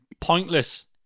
Pointless